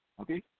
Okay